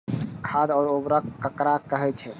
खाद और उर्वरक ककरा कहे छः?